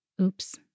Oops